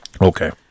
Okay